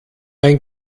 ein